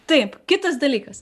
taip kitas dalykas